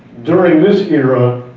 during this era,